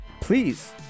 Please